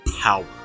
Power